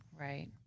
right